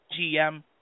GM